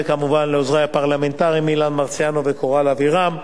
וכמובן לעוזרי הפרלמנטריים אילן מרסיאנו וקורל אבירם.